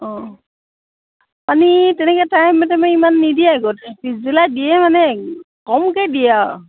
অঁ পানী তেনেকৈ টাইমত আমাৰ ইমান নিদিয়ে আগতে পিছবেলা দিয়ে মানে কমকৈ দিয়ে আৰু